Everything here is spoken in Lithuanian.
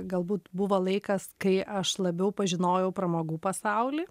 galbūt buvo laikas kai aš labiau pažinojau pramogų pasaulį